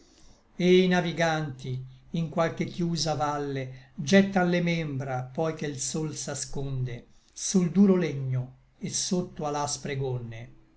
e i naviganti in qualche chiusa valle gettan le membra poi che l sol s'asconde sul duro legno et sotto a l'aspre gonne